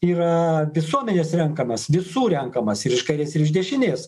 yra visuomenės renkamas visų renkamas ir iš kairės ir iš dešinės